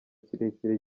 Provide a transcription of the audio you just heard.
kirekire